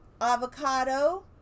Avocado